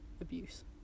abuse